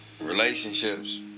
relationships